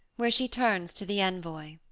where she turns to the envoy.